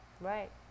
right